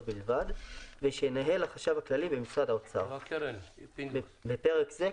בלבד ושינהל החשב הכללי במשרד האוצר (בפרק זה,